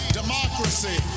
democracy